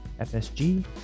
FSG